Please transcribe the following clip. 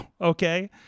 okay